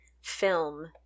film